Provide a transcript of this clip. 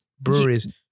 breweries